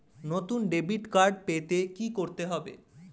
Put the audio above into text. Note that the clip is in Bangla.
নতুন ডেবিট কার্ড পেতে কী করতে হবে?